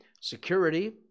security